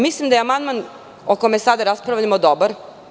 Mislim da je amandman o kome sada raspravljamo dobar.